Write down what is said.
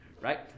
right